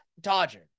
Dodger